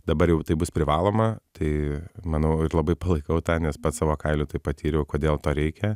dabar jau tai bus privaloma tai manau ir labai palaikau tą nes pats savo kailiu patyriau kodėl to reikia